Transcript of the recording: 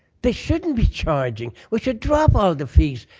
they shouldn't be charging. we should drop all the fees.